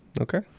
Okay